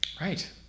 Right